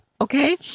okay